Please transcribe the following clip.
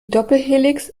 doppelhelix